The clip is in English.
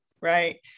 Right